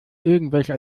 irgendwelche